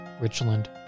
Richland